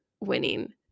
winning